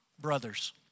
brothers